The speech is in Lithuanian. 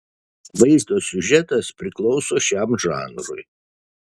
vaizdo siužetas priklauso šiam žanrui